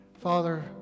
Father